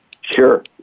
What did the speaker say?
Sure